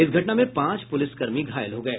इस घटना में पांच पुलिसकर्मी घायल हो गये